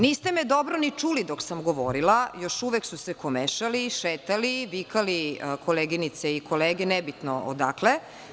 Niste me dobro ni čuli dok sam govorila, još uvek su se komešali, šetali i vikali, koleginice i kolege, nebitno odakle.